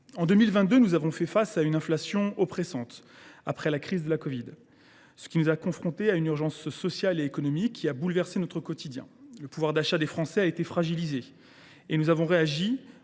En 2022, nous avons fait face à une inflation oppressante, après la crise de la covid 19. Nous avons été confrontés à une urgence sociale et économique qui a bouleversé notre quotidien. Le pouvoir d’achat des Français a été fragilisé. Nous avons réagi